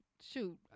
shoot